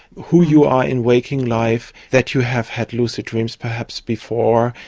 who you are in waking life, that you have had lucid dreams perhaps before,